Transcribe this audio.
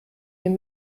dem